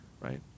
right